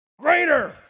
greater